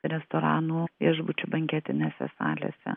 restoranų viešbučių banketinėse salėse